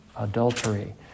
Adultery